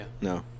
No